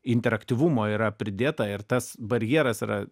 interaktyvumo yra pridėta ir tas barjeras yra